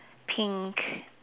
pink